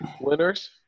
winners